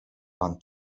pan